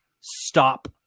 stop